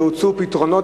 שהוצעו פתרונות